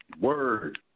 Word